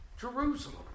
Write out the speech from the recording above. Jerusalem